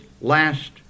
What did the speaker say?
last